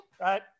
right